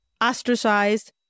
ostracized